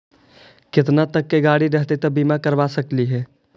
केतना तक के गाड़ी रहतै त बिमा करबा सकली हे?